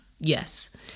Yes